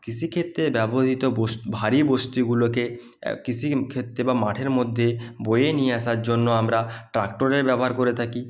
কৃষিক্ষেত্রে ব্যবহৃত ভারি বস্তুগুলোকে কৃষিক্ষেত্রে বা মাঠের মধ্যে বয়ে নিয়ে আসার জন্য আমরা ট্রাক্টরের ব্যবহার করে থাকি